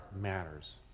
matters